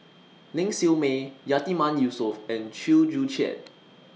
Ling Siew May Yatiman Yusof and Chew Joo Chiat